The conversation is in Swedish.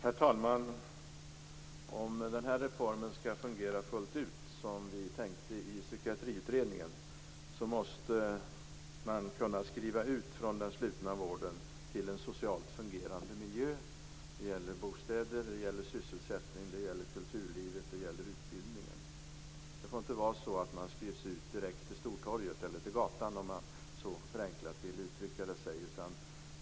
Herr talman! Om den här reformen skall fungera fullt ut som vi tänkte i Psykiatriutredningen måste man kunna skriva ut människor från den slutna vården till en socialt fungerande miljö. Det gäller bostäder, det gäller sysselsättning, det gäller kulturliv, och det gäller utbildning. Det får inte vara så att människor skrivs ut direkt till Stortorget eller till gatan - för att uttrycka det förenklat.